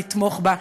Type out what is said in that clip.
לתמוך בה,